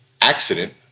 accident